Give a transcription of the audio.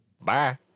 Bye